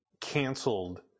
canceled